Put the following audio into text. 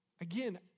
Again